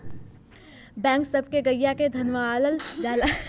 बैल सब से गईया के धनवावल जाला